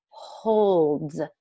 Holds